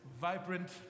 vibrant